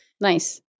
Nice